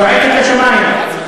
זועק לשמים.